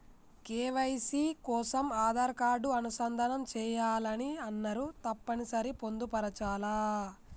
KYC కోసం Aadhaar card అనుసంధానం చేయాలని అన్నరు తప్పని సరి పొందుపరచాలా?